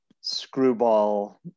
screwball